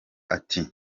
ati